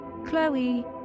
Chloe